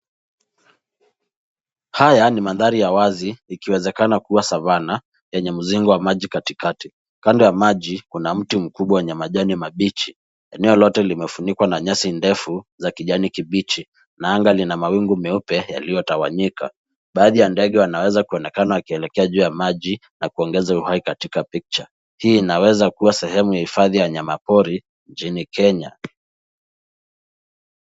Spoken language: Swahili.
Haya ni mandhari ya wazi ikiwezekana kuwa savana yenye mzingo wa maji katikati. Kando ya maji kuna mti mkubwa wenye majani mabichi. Eneo lote limefunikwa na nyasi ndefu za kijani kibichi na anga lina mawingu meupe yaliyotawanyika. Baadhi ya ndege wanaweza kuonekana wakielekea juu ya maji na kuongeza uhai katika picture . Hii inaweza kuwa sehemu ya hifadhi ya wanyamapori nchini Kenya.